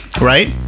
right